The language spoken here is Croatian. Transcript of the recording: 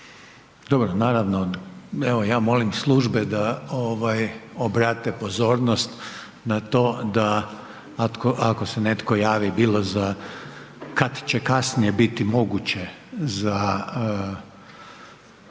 Dobro, naravno, evo ja molim službe da ovaj obrate pozornost na to da ako se netko javi bilo za kad će kasnije biti moguće za